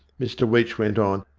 mr weech went on,